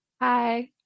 hi